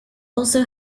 also